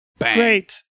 great